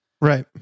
Right